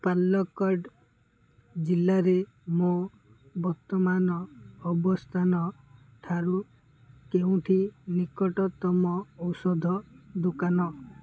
ପାଲକ୍କଡ଼୍ ଜିଲ୍ଲାରେ ମୋ ବର୍ତ୍ତମାନ ଅବସ୍ଥାନଠାରୁ କେଉଁଟି ନିକଟତମ ଔଷଧ ଦୋକାନ